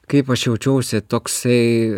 kaip aš jaučiausi toksai